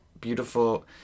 beautiful